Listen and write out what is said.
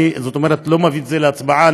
אני לא מביא את זה להצבעה,